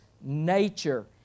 nature